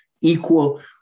equal